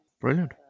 Brilliant